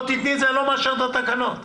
לא תיתני, אני לא מאשר בתקנות,